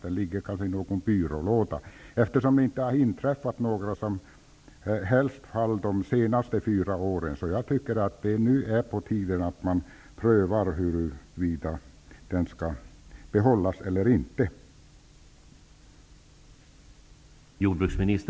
Den ligger kanske i någon byrålåda. Det har ju inte inträffat några som helst fall de senaste fyra åren. Nu är det på tiden att man prövar huruvida bestämmelsen skall behållas eller inte.